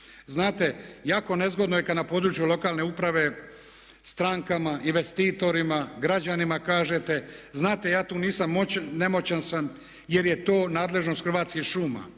Znate jako nezgodno je kada na području lokalne uprave strankama, investitorima, građanima kažete znate ja tu nisam moćan, nemoćan sam jer je to nadležnost Hrvatskih šuma,